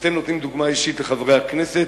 ואתם נותנים דוגמה אישית לחברי הכנסת.